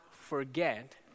forget